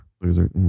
Loser